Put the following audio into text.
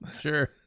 Sure